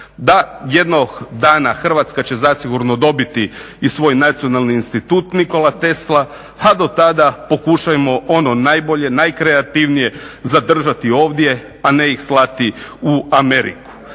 Da, jednog dana Hrvatska će zasigurno dobiti i svoj nacionalni institut Nikola Tesla a do tada pokušajmo ono najbolje, najkreativnije zadržati ovdje a ne ih slati u Ameriku.